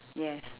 yes